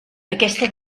aquesta